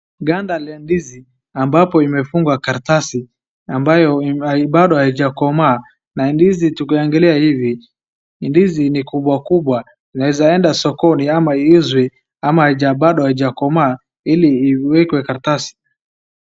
Ganda la ndizi ambapo imefungwa karatasi ambayo bado haijakomaa. Na ndizi tukiangalia hivi hii ndizi ni kubwa kubwa inaeza enda sokoni ama iuzwe ama bado haijakomaa ili iwekwe karatasi.